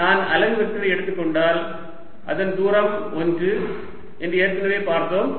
நான் அலகு வெக்டரை எடுத்துக் கொண்டால் அதன் தூரம் 1 என்று ஏற்கனவே பார்த்தோம்